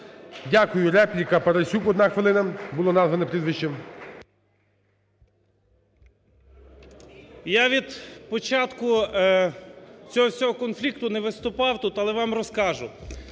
Дякую. Репліка, Парасюк, одна хвилина. Було названо прізвище. 17:03:50 ПАРАСЮК В.З. Я від початку цього всього конфлікту не виступав тут, але вам розкажу.